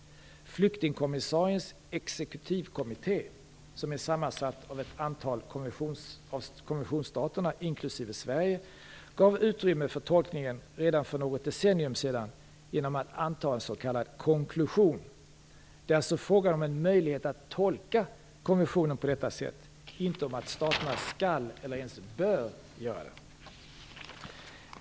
Flyktingkommissariens exekutivkommitté, som är sammansatt av ett antal av konventionsstaterna inklusive Sverige, gav utrymme för tolkningen redan för något decennium sedan genom att anta en s.k. konklusion. Det är alltså fråga om en möjlighet att tolka konventionen på detta sätt, inte om att staterna skall eller ens bör göra detta.